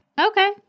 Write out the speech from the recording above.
Okay